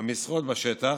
המשרות בשטח,